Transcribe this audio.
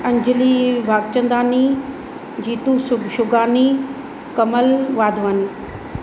Anjali Bhagchandani Jeetu Shugani Kamal Wadhwani